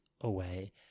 away